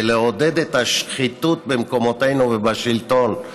לעודד את השחיתות במקומותינו ובשלטון.